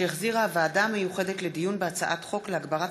שהחזירה הוועדה המיוחדת לדיון בהצעת חוק להגברת